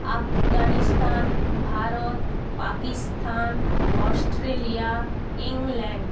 Afghanistan Bharat Pakistan Australia England